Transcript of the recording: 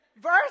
Verse